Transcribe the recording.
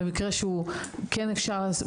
במקרה שכן אפשר,